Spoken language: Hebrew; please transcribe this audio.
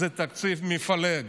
זה תקציב מפלג.